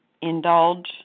indulge